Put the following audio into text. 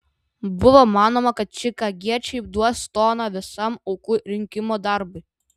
buvo manoma kad čikagiečiai duos toną visam aukų rinkimo darbui